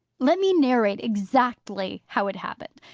let me narrate exactly how it happened.